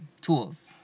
tools